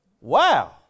Wow